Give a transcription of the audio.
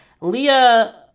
Leah